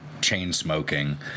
chain-smoking